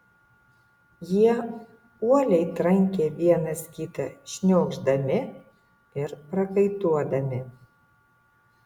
jie uoliai trankė vienas kitą šniokšdami ir prakaituodami